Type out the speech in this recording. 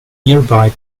nearby